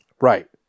Right